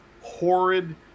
horrid